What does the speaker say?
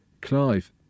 Clive